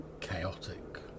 chaotic